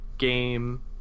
Game